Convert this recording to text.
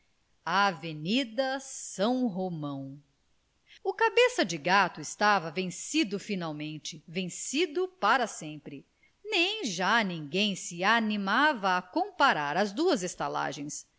caprichosas avenida são romão o cabeça de gato estava vencido finalmente vencido para sempre nem já ninguém se animava a comparar as duas estalagens